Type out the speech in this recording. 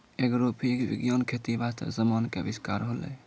agrophysics विज्ञान खेती बास्ते समान के अविष्कार होलै